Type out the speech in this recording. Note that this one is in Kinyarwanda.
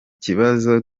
kibazo